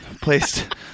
placed